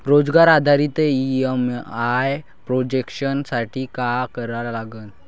रोजगार आधारित EMI projection साठी का करा लागन?